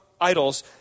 idols